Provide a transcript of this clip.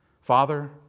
Father